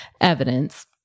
evidence